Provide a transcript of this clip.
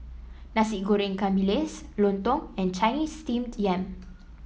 Nasi Goreng Ikan Bilis lontong and Chinese Steamed Yam